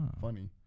funny